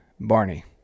Barney